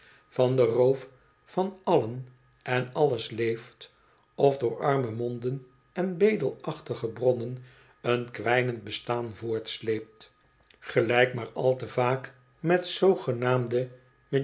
van den roof van allen en alles leeft of door arme monden en bedelachtige bronnen een kwijnend bestaan voortsleept gelijk maar al te vaak met